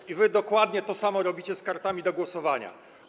I wy dokładnie to samo robicie z kartami do głosowania.